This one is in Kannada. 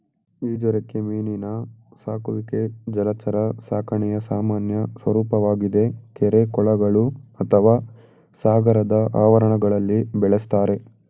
ಈಜುರೆಕ್ಕೆ ಮೀನಿನ ಸಾಕುವಿಕೆ ಜಲಚರ ಸಾಕಣೆಯ ಸಾಮಾನ್ಯ ಸ್ವರೂಪವಾಗಿದೆ ಕೆರೆ ಕೊಳಗಳು ಅಥವಾ ಸಾಗರದ ಆವರಣಗಳಲ್ಲಿ ಬೆಳೆಸ್ತಾರೆ